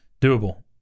doable